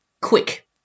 quick